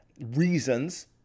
reasons